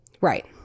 Right